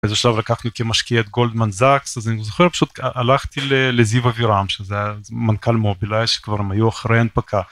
איזה שלב לקחנו כמשקיעת גולדמן זאקס אז אני זוכר פשוט הלכתי לזיו אבירם שזה מנכ״ל מובילאיי שכבר היו אחרי הנפקה.